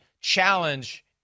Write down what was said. challenge